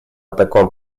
таком